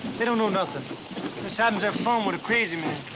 they don't know nothing. just having their fun with a crazy man.